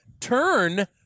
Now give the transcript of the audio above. turn